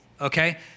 okay